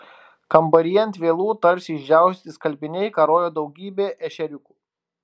kambaryje ant vielų tarsi išdžiaustyti skalbiniai karojo daugybė ešeriukų